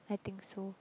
I think so